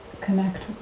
connect